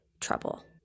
trouble